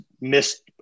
missed